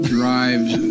drives